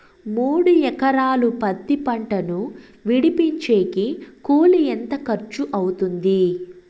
మూడు ఎకరాలు పత్తి పంటను విడిపించేకి కూలి ఎంత ఖర్చు అవుతుంది?